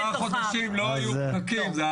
לפני ארבעה חודשים לא היו פקקים.